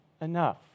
enough